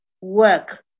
work